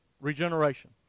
regeneration